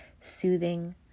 soothing